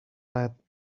let